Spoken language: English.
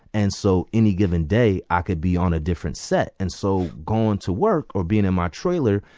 and so any given day, i could be on a different set and so going to work or being in my trailer,